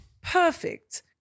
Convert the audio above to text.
Perfect